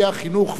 ביקורך,